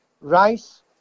rice